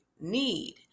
need